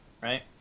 right